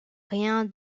rien